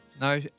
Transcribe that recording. no